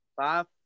Five